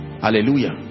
Hallelujah